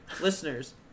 listeners